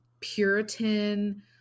puritan